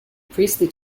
priestly